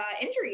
injuries